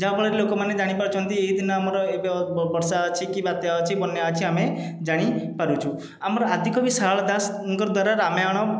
ଯାହାଫଳରେ ଲୋକମାନେ ଜାଣିପାରୁଛନ୍ତି ଏହିଦିନ ଆମର ଏବେ ବର୍ଷା ଅଛିକି ବାତ୍ୟା ଅଛି ବନ୍ୟା ଅଛି ଆମେ ଜାଣିପାରୁଛୁ ଆମର ଆଦିକବି ଶାରଳା ଦାସଙ୍କ ଦ୍ଵାରା ରାମାୟଣ